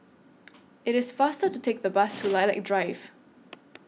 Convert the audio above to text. IT IS faster to Take The Bus to Lilac Drive